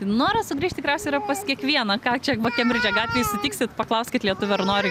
noras sugrįžt tikriausia yra pas kiekvieną ką čia va kembridžo gatvėj sutiksit paklauskit lietuvio ar nori